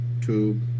two